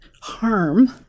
harm